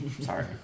Sorry